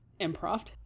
improv